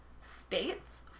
states